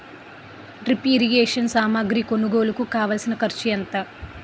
drip irrigation సామాగ్రి కొనుగోలుకు కావాల్సిన ఖర్చు ఎంత